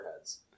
heads